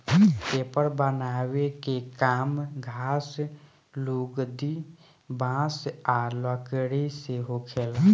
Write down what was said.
paper बनावे के काम घास, लुगदी, बांस आ लकड़ी से होखेला